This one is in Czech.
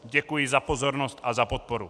Děkuji za pozornost a za podporu.